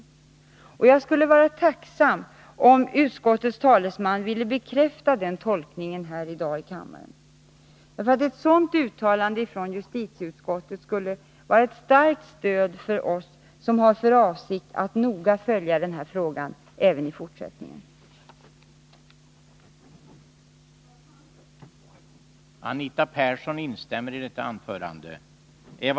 Jag skulle vara tacksam om utskottets talesman här i kammaren ville bekräfta att den tolkningen är riktig. Ett sådant uttalande från justitieutskottet skulle nämligen vara ett starkt stöd för oss som har för avsikt att även i fortsättningen noga följa denna fråga.